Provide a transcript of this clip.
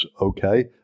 okay